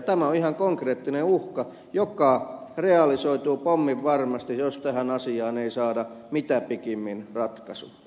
tämä on ihan konkreettinen uhka joka realisoituu pomminvarmasti jos tähän asiaan ei saada mitä pikimmin ratkaisua